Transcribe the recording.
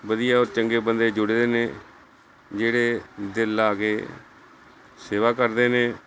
ਵਧੀਆ ਔਰ ਚੰਗੇ ਬੰਦੇ ਜੁੜੇ ਦੇ ਨੇ ਜਿਹੜੇ ਦਿਲ ਲਾ ਕੇ ਸੇਵਾ ਕਰਦੇ ਨੇ